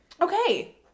Okay